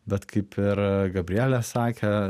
bet kaip ir gabrielė sakė